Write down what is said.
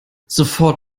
sofort